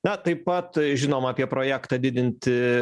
na taip pat žinom apie projektą didinti